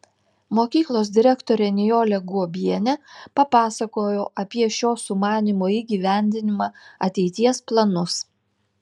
mokyklos direktorė nijolė guobienė papasakojo apie šio sumanymo įgyvendinimą ateities planus